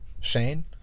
Shane